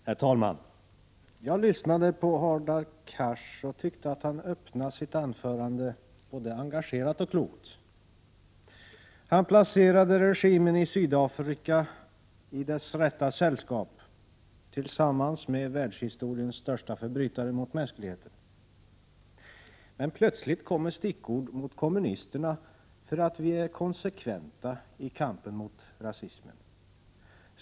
Herr talman! Jag lyssnade på Hadar Cars och tyckte att han öppnade sitt anförande både engagerat och klokt. Han placerade regimen i Sydafrika i dess rätta sällskap — tillsammans med världshistoriens största förbrytare mot mänskligheten. Men plötsligt kom stickord mot kommunisterna för att vi är konsekventa i kampen mot rasismen.